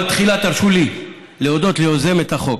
אבל תחילה תרשו לי להודות ליוזמת החוק,